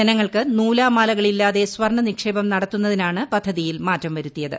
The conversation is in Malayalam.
ജനങ്ങൾക്ക് നൂലാമാലകൾ ഇല്ലാതെ സ്വർണ നിക്ഷേപം നടത്തുന്നതിനാണ് പദ്ധതിയിൽ മാറ്റം വരുത്തിയത്